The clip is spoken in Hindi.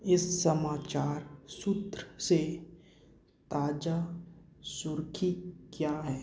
इस समाचार सूत्र से ताज़ा सुर्खी क्या है